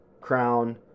Crown